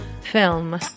film